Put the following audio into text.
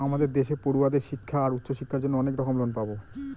আমাদের দেশে পড়ুয়াদের শিক্ষা আর উচ্চশিক্ষার জন্য অনেক রকম লোন পাবো